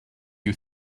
you